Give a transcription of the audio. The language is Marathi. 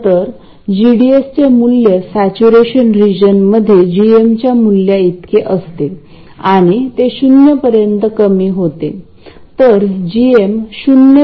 तुमच्या सर्किट विश्लेषण कौशल्यांचा वापर करा आणि प्रत्येक गोष्टीच्या परिणामांचे विश्लेषण करणे आवश्यक आहे